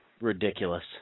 ridiculous